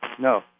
no